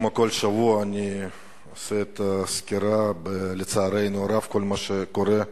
כמו כל שבוע אני עושה סקירה של כל מה שקורה,